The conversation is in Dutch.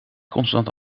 constant